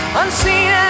unseen